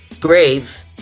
grave